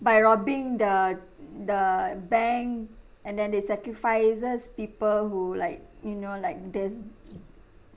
by robbing the the bank and then they sacrifices people who like you know like there's